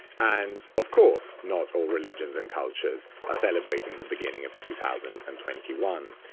and, of course, not all religions and cultures are celebrating the beginning of two thousand and twenty one.